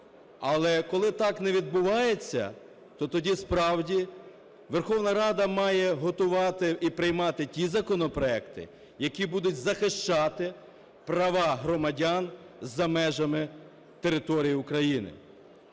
Але коли так не відбувається, то тоді, справді, Верховна Рада має готувати і приймати ті законопроекти, які будуть захищати права громадян за межами території України.